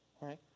right